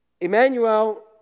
Emmanuel